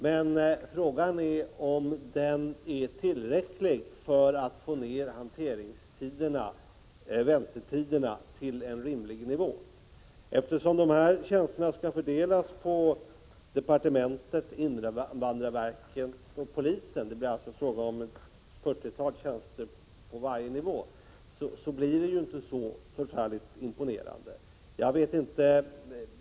Men frågan är om den är tillräcklig för att få ned väntetiderna till en rimlig nivå. Eftersom dessa tjänster skall fördelas på departementet, invandrarverket och polisen — det blir alltså frågan om ett 40-tal tjänster på varje nivå — är förstärkningen inte så förfärligt imponerande.